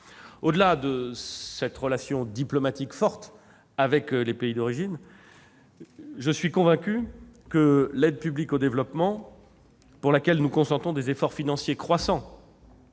Au-delà de cette relation diplomatique forte avec les pays d'origine, je suis convaincu que l'aide publique au développement, pour laquelle nous consentons des efforts financiers croissants-